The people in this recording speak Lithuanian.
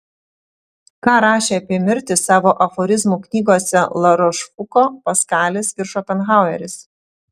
ką rašė apie mirtį savo aforizmų knygose larošfuko paskalis ir šopenhaueris